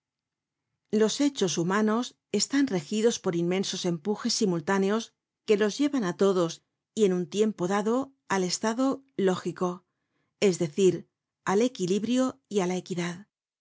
los hechos humanos están regidos por inmensos empujes simultáneos que los llevan á todos y en un tiempo dado al estado lógico es decir al equilibrio y á la equidad